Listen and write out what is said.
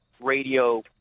radio